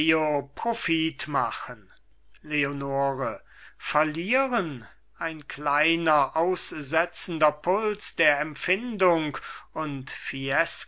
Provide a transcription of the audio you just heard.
profit machen leonore verlieren ein kleiner aussetzender puls der empfindung und